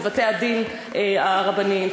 בבתי-הדין הרבניים.